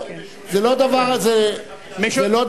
זה לא דבר רגיל,